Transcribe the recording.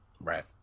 right